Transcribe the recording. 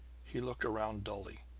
he looked around dully,